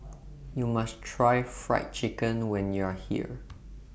YOU must Try Fried Chicken when YOU Are here